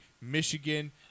Michigan